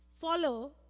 follow